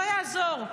לא יעזור.